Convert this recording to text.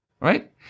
Right